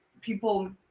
people